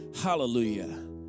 Hallelujah